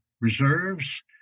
reserves